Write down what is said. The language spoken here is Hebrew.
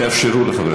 תאפשרו לחבר הכנסת פרי.